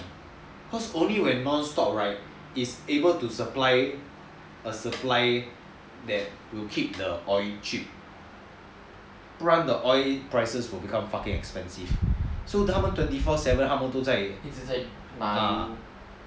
cause only when non stop right is able to supply a supply that will keep the oil cheap 不然 the oil prices will become fucking expensive so 他们 twenty four seven 他们都在 ah